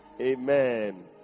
Amen